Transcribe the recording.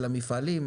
למפעלים,